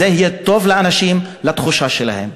זה יהיה טוב לאנשים ולתחושה שלהם.